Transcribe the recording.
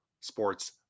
sports